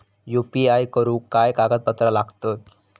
UPI करुक काय कागदपत्रा लागतत?